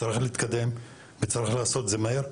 צריך להתקדם וצריך לעשות את זה מהר,